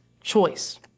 choice